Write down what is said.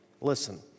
Listen